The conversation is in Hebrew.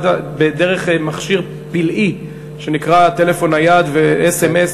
דרך מכשיר פלאי שנקרא "טלפון נייד" ואס.אם.אס,